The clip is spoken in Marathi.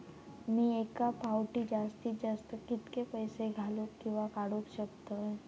मी एका फाउटी जास्तीत जास्त कितके पैसे घालूक किवा काडूक शकतय?